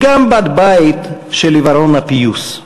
היא גם בת בית של עיוורון הפיוס.